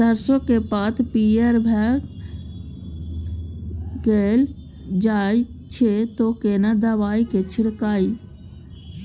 सरसो के पात पीयर भ के गीरल जाय छै यो केना दवाई के छिड़कीयई?